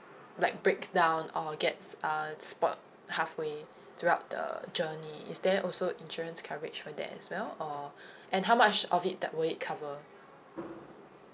like breaks down or gets uh spoiled halfway throughout the journey is there also insurance coverage for that as well or and how much of it that will it cover